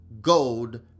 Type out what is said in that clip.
gold